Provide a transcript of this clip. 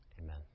Amen